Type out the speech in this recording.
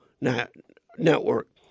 network